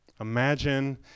Imagine